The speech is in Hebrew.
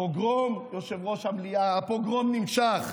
הפוגרום, יושב-ראש המליאה, "הפוגרום נמשך.